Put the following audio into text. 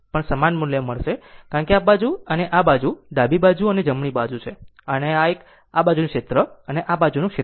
પણ સમાન મૂલ્ય મળશે કારણ કે આ બાજુ અને આ બાજુ ડાબી બાજુ અને જમણી બાજુ છે અને એક આ બાજુનું ક્ષેત્ર અને આ બીજી બાજુનું ક્ષેત્ર છે